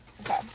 Okay